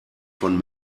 von